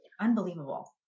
unbelievable